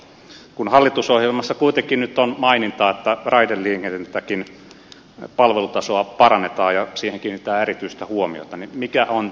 kun hallitusohjelmassa kuitenkin nyt on maininta että raideliikenteenkin palvelutasoa parannetaan ja siihen kiinnitetään erityistä huomiota niin mikä on tilanne